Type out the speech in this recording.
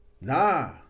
nah